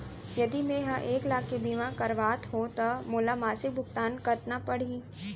यदि मैं ह एक लाख के बीमा करवात हो त मोला मासिक भुगतान कतना पड़ही?